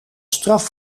straf